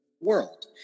world